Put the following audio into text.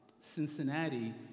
Cincinnati